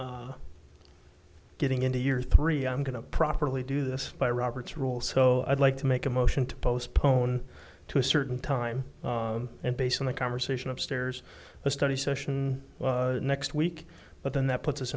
so getting into your three i'm going to properly do this by robert's rule so i'd like to make a motion to postpone to a certain time and based on the conversation upstairs study session next week but then that puts us